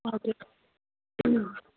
हजुर